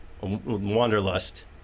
wanderlust